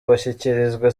bashyikirizwa